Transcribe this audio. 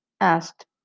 asked